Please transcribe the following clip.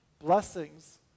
blessings